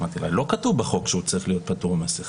אמרתי לה: לא כתוב בחוק שהוא צריך להיות פטור ממסכה.